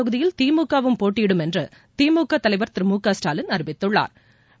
தொகுதியில் திமுக வும் போட்டியிடும் என்று திமுக தலைவர் திரு மு க ஸ்டாலின் அறிவித்துள்ளாா்